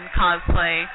cosplay